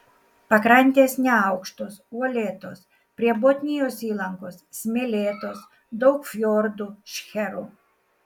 pakrantės neaukštos uolėtos prie botnijos įlankos smėlėtos daug fjordų šcherų